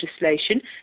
legislation